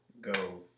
Go